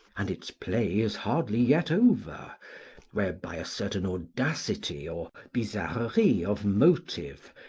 and its play is hardly yet over where, by a certain audacity, or bizarrerie of motive,